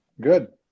good